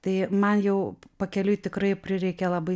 tai man jau pakeliui tikrai prireikė labai